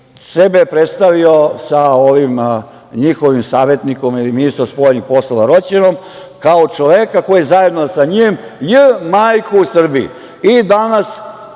sebe je predstavio sa ovim njihovim savetnikom ili ministrom spoljnih poslova Roćenom kao čoveka koji zajedno sa njim j… majku Srbiji.